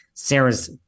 Sarah's